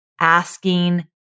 asking